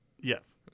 Yes